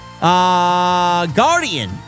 Guardian